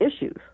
issues